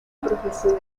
profesión